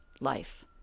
life